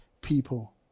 people